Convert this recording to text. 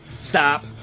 Stop